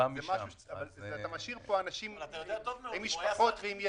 אתה משאיר פה אנשים עם משפחות ועם ילדים.